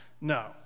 No